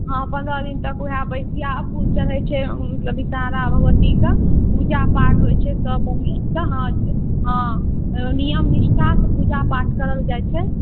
हँ पनरह दिन तक वएह बसिआ फूल चढ़ै छै मतलब विषहारा भगवतीके पूजा पाठ होइ छै सब हँ हँ नियम निष्ठासँ पूजा पाठ करल जाइ छै